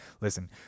Listen